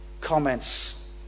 comments